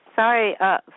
Sorry